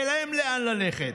אין להם לאן ללכת.